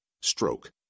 Stroke